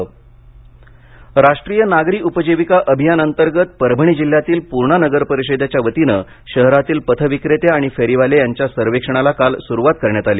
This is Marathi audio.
पथकर विक्रेते राष्ट्रीय नागरी उपजीविका अभियान अंतर्गत परभणी जिल्ह्यातील पूर्णा नगर परिषदेच्या वतीने शहरातील पथ विक्रेते आणि फेरीवाले यांच्या सर्वेक्षणाला काल सुरुवात करण्यात आली